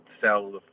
sell